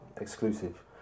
exclusive